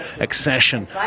accession